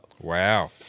Wow